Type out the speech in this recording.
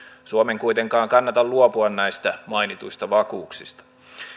suomen kuitenkaan kannata luopua näistä mainituista vakuuksista